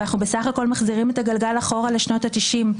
אבל אנחנו בסך הכול מחזירים את הגלגל אחורה לשנות התשעים.